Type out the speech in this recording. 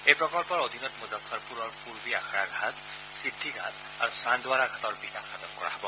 এই প্ৰকল্পৰ অধীনত মুজ্জফৰপুৰৰ পুৰ্বী আখাড়া ঘাট সিদ্ধি ঘাট আৰু চান্দৱাৰা ঘাটৰ বিকাশ সাধন কৰা হব